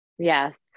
Yes